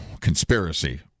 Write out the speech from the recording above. conspiracy